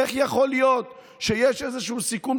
איך יכול להיות שיש איזשהו סיכום,